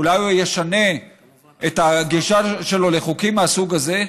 אולי הוא ישנה את הגישה שלו לחוקים מהסוג הזה.